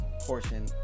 portion